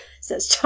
says